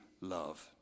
love